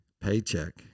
paycheck